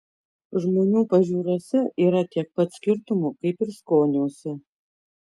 žmonių pažiūrose yra tiek pat skirtumų kaip ir skoniuose